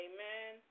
Amen